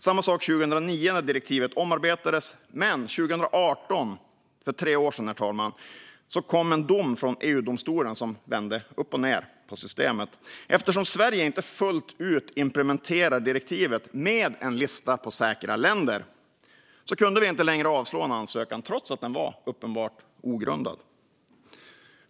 Samma sak 2009 när direktivet omarbetades. Men 2018 kom en dom från EU-domstolen som vände upp och ned på systemet. Eftersom Sverige inte fullt ut implementerat direktivet med en lista på säkra länder kunde vi inte längre avslå en ansökan trots att den var uppenbart ogrundad.